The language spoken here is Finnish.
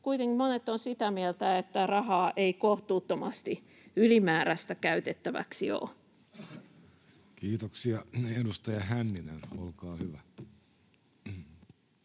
kuitenkin monet ovat sitä mieltä, että rahaa ei kohtuuttomasti ylimäärästä käytettäväksi ole. [Speech 222] Speaker: